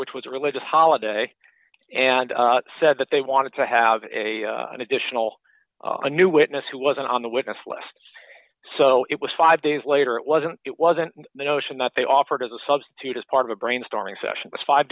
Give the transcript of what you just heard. which was a religious holiday and said that they wanted to have a an additional a new witness who wasn't on the witness list so it was five days later it wasn't it wasn't the notion that they offered as a substitute as part of a brainstorming session was five